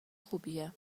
خوبیه